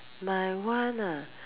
my one ah